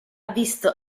visto